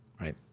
right